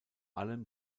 allem